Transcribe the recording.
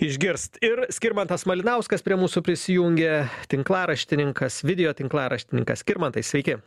išgirst ir skirmantas malinauskas prie mūsų prisijungia tinklaraštininkas video tinklaraštininkas skirmantai sveiki